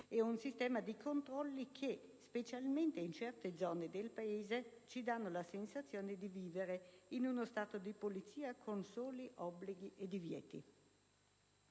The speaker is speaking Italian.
e un sistema di controlli che, specialmente in certe zone del Paese, ci danno la sensazione di vivere in uno Stato di polizia con soli obblighi e divieti.